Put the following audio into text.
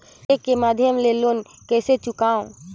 Cheque के माध्यम ले लोन कइसे चुकांव?